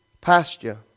pasture